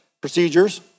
Procedures